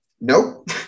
Nope